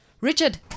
Richard